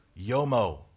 YOMO